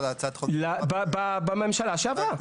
בממשלה שעברה.